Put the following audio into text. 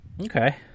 Okay